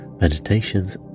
meditations